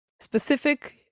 specific